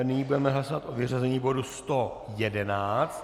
Nyní budeme hlasovat o vyřazení bodu 111.